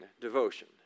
devotion